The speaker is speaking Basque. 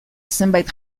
zenbait